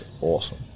awesome